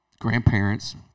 grandparents